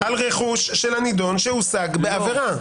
על רכוש של הנידון שהושג בעבירה.